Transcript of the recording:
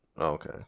okay